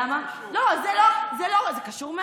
מה זה קשור?